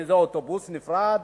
באיזה אוטובוס נפרד?